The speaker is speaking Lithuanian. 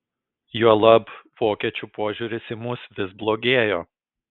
juolab vokiečių požiūris į mus vis blogėjo